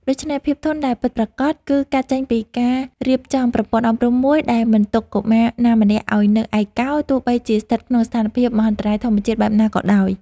ដូច្នេះ ភាពធន់ដែលពិតប្រាកដ គឺកើតចេញពីការរៀបចំប្រព័ន្ធអប់រំមួយដែលមិនទុកកុមារណាម្នាក់ឱ្យនៅឯកោ ទោះបីជាស្ថិតក្នុងស្ថានភាពមហន្តរាយធម្មជាតិបែបណាក៏ដោយ។